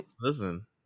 Listen